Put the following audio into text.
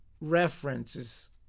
references